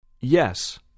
Yes